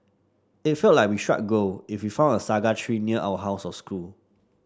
it felt like we shrug gold if we found a saga tree near our house or school